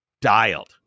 dialed